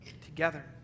together